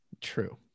True